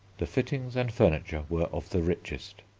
the fittings and furniture were of the richest.